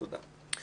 תודה.